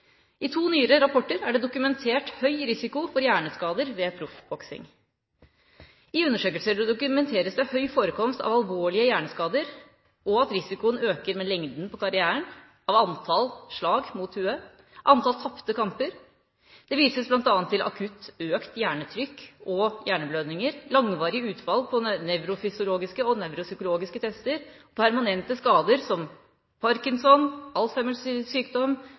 to nyere rapporter er det dokumentert høy risiko for hjerneskader ved proffboksing.» I undersøkelser dokumenteres det høy forekomst av alvorlige hjerneskader, og at risikoen øker med lengden av karrieren, antall slag mot hodet og antall tapte kamper. Det vises bl.a. til akutt økt hjernetrykk og hjerneblødninger, langvarige utfall på nevrofysiologiske og nevropsykologiske tester og permanente skader som parkinson,